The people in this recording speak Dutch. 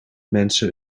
mensen